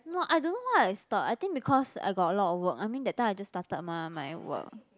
no I don't know why I stop I think because I got a lot of work I mean that time I just started mah my work